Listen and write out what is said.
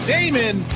Damon